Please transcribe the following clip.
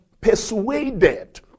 persuaded